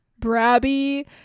Brabby